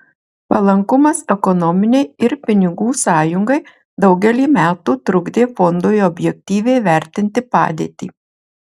palankumas ekonominei ir pinigų sąjungai daugelį metų trukdė fondui objektyviai vertinti padėtį